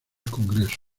congreso